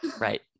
Right